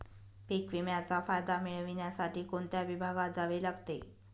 पीक विम्याचा फायदा मिळविण्यासाठी कोणत्या विभागात जावे लागते?